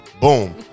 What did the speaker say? Boom